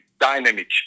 dynamic